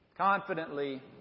confidently